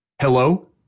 Hello